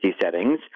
settings